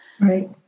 right